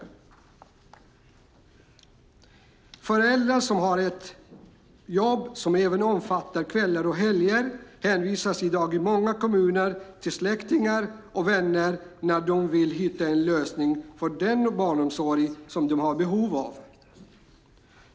Föräldrar som har ett jobb som även omfattar kvällar och helger hänvisas i dag i många kommuner till släktingar och vänner när de vill hitta en lösning för den barnomsorg de har behov av.